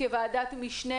כוועדת משנה,